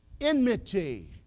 enmity